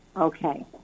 Okay